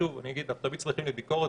אנחנו שמחים לביקורת.